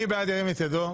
מי בעד, ירים את ידו.